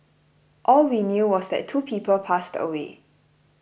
all we knew was that two people passed away